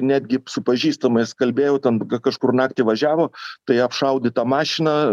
netgi su pažįstamais kalbėjau ten kažkur naktį važiavo tai apšaudyta mašina